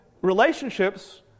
relationships